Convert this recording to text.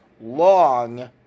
long